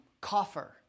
coffer